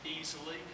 easily